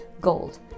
Gold